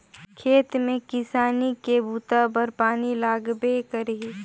खेत में किसानी के बूता बर पानी लगबे करही